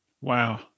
Wow